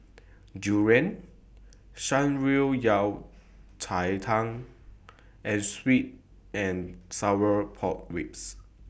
Durian Shan Rui Yao Cai Tang and Sweet and Sour Pork Ribs